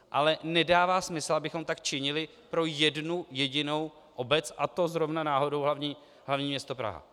Ale nedává smysl, abychom tak činili pro jednu jedinou obec, a to zrovna náhodou pro hlavní město Prahu.